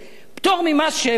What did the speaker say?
פטור ממס שבח,